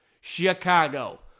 Chicago